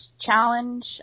challenge